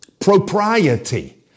propriety